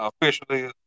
officially